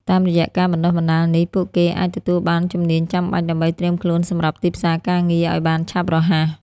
តាមរយៈការបណ្តុះបណ្តាលនេះ ពួកគេអាចទទួលបានជំនាញចាំបាច់ដើម្បីត្រៀមខ្លួនសម្រាប់ទីផ្សារការងារឱ្យបានឆាប់រហ័ស។